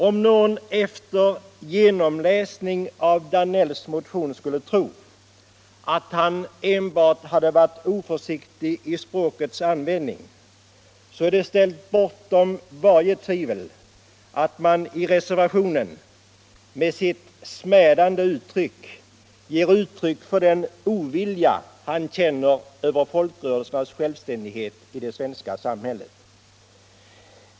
Om någon efter genomläsning av herr Danells motion skulle tro att han enbart hade varit oförsiktig i språkets användning, så är det ställt bortom varje tvivel att han i reservationen med dess smädande ordval ger uttryck för den ovilja han känner över folkrörelsernas självständighet i det svenska samhället.